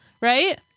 right